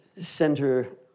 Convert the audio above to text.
center